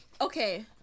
okay